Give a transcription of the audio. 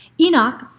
Enoch